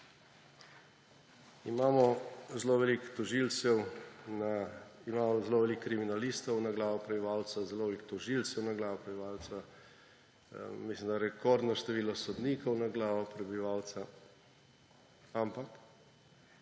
takšnega sprenevedanja. Imamo zelo veliko kriminalistov na glavo prebivalca, zelo veliko tožilcev na glavo prebivalca, mislim da, rekordno število sodnikov na glavo prebivalca, ampak,